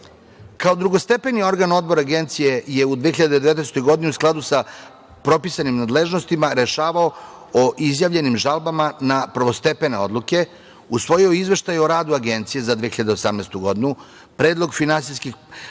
drugostepeni organ Odbor agencije je u 2019. godini, u skladu sa propisanim nadležnostima rešavao o izjavljenim žalbama na prvostepene odluke usvojio izveštaje o radu Agencije za 2018. godinu, predlog finansijskog